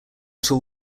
tool